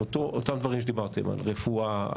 על אותם דברים שדיברתן, על רפואה.